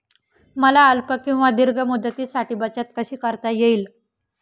मला अल्प किंवा दीर्घ मुदतीसाठी बचत कशी करता येईल?